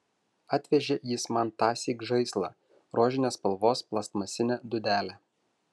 atvežė jis man tąsyk žaislą rožinės spalvos plastmasinę dūdelę